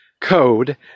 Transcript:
code